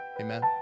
amen